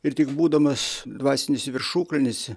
ir tik būdamas dvasinėse viršukalnėse